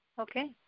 Okay